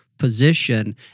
position